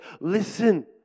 listen